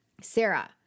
Sarah